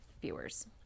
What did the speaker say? viewers